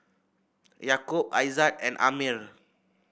Yaakob Aizat and Ammir